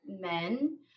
men